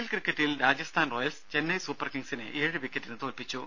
L ക്രിക്കറ്റിൽ Rajasthan Royals Chennai Super കിംഗ്സിനെ ഏഴ് വിക്കറ്റിന് തോൽപ്പിച്ചു